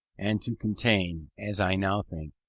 and to contain, as i now think,